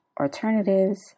alternatives